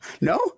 No